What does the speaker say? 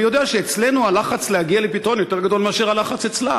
אני יודע שאצלנו הלחץ להגיע לפתרון יותר גדול מאשר הלחץ אצלם.